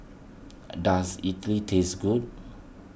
does Idly tastes good